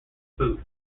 food